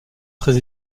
très